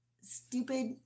stupid